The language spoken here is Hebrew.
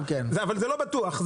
אבל זה לא בטוח,